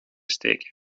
steken